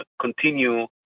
continue